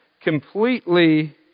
completely